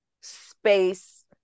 space